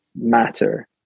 matter